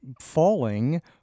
falling